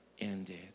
ended